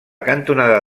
cantonada